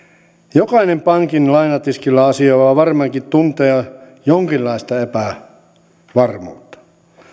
jokainen pankin lainatiskillä asioiva varmaankin tuntee jonkinlaista epävarmuutta